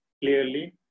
clearly